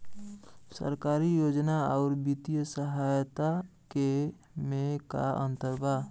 सरकारी योजना आउर वित्तीय सहायता के में का अंतर बा?